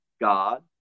God